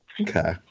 okay